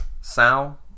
Sal